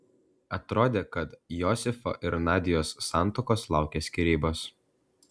atrodė kad josifo ir nadios santuokos laukia skyrybos